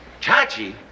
Chachi